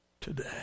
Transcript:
today